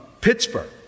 Pittsburgh